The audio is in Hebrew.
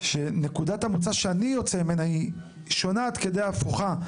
שנקודת המוצא שאני יוצא ממנה היא שונה עד כדי הפוכה,